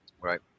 Right